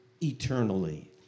eternally